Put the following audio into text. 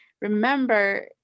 remember